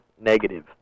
negative